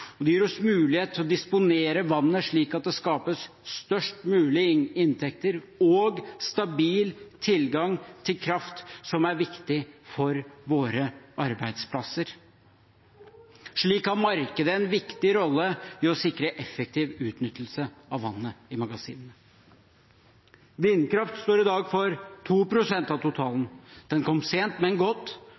Det gir oss mulighet til å disponere vannet slik at det skapes størst mulig inntekter og stabil tilgang til kraft som er viktig for våre arbeidsplasser. Slik har markedet en viktig rolle i å sikre effektiv utnyttelse av vannet i magasinene. Vindkraft står i dag for 2 pst. av totalen. Den kom sent, men godt,